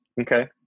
Okay